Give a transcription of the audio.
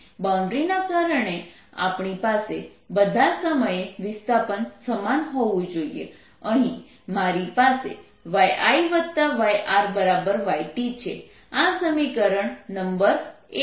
બાઉન્ડ્રીના કારણે આપણી પાસે બધા સમયે વિસ્થાપન સમાન હોવું જોઈએ અહીં મારી પાસે yIyRyT છે આ સમીકરણ નંબર એક છે